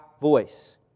voice